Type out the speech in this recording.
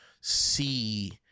see